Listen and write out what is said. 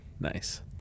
Nice